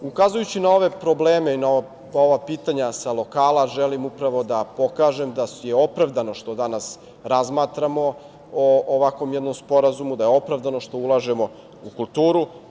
Ukazujući na ove probleme i na ova pitanja sa lokala želim upravo da pokažem da je opravdano što danas razmatramo o ovakvom jednom sporazumu, da je opravdano što ulažemo u kulturu.